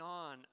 on